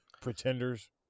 pretenders